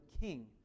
King